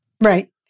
Right